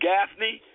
Gaffney